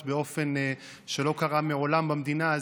באופן שלא קרה מעולם במדינה הזאת.